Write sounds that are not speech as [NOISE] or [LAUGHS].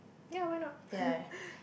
ya why not [LAUGHS]